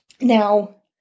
Now